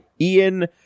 Ian